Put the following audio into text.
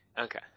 Okay